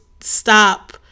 stop